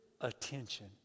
attention